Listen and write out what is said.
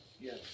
Yes